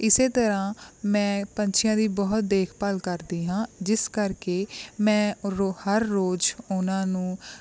ਇਸੇ ਤਰ੍ਹਾਂ ਮੈਂ ਪੰਛੀਆਂ ਦੀ ਬਹੁਤ ਦੇਖ ਭਾਲ ਕਰਦੀ ਹਾਂ ਜਿਸ ਕਰਕੇ ਮੈਂ ਰੋ ਹਰ ਰੋਜ਼ ਉਨ੍ਹਾਂ ਨੂੰ